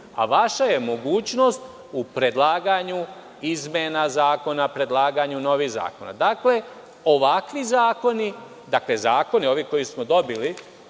A vaša je mogućnost u predlaganju izmena zakona, predlaganju novih zakona. Dakle, ovakvi zakoni, zakone koje smo dobili